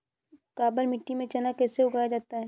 काबर मिट्टी में चना कैसे उगाया जाता है?